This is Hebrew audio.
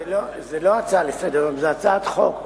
זו לא הצעה לסדר-היום, זו הצעת חוק.